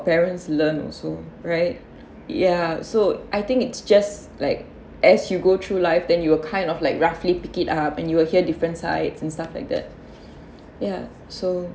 parents learn also right ya so I think it's just like as you go through life then you will kind of like roughly pick it up and you'll hear different side and stuff like that ya so